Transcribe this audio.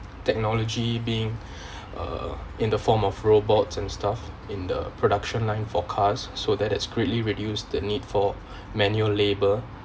technology being uh in the form of robots and stuff in the production line forecasts so that has greatly reduced the need for manual labour